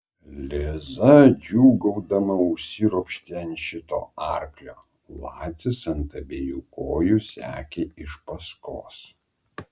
liza džiūgaudama užsiropštė ant šito arklio lacis ant abiejų kojų sekė iš paskos